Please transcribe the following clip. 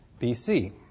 BC